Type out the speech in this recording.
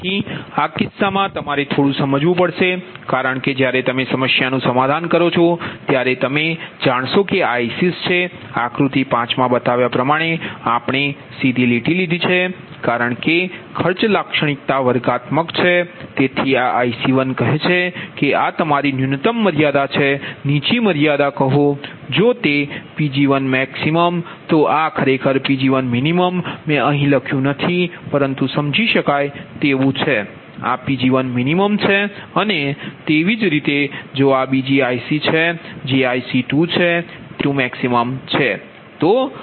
તેથી આ કિસ્સામાં તમારે થોડું સમજવું પડશે કારણકે જ્યારે તમે સમસ્યાનું સમાધાન કરો છો ત્યારે તમે જાણશો કે આ ICs છે આક્રુતિ 5 માં બતાવ્યા પ્રમાણે આપણે સીધી લીટી લીધી છે કારણ કે ખર્ચ લાક્ષણિકતા વર્ગાત્મક છે તેથી આ IC1 કહે છે કે આ તમારી ન્યુનતમ મર્યાદા છે નીચી મર્યાદા કહો જો તે Pg1max તો આ ખરેખર Pg1min મેં અહીં લખ્યું નથી પરંતુ સમજી શકાય તેવું છે આ Pg1minછે અને તેવી જ રીતે જો આ બીજી IC છે જે IC2 છે તે Pg2max છે